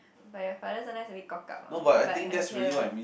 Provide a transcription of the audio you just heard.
but your father sometimes a bit cock up ah but okay lah